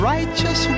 righteous